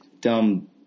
dumb